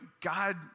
God